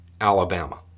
Alabama